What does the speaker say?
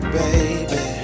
baby